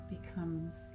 becomes